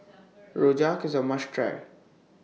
Rojak IS A must Try